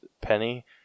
Penny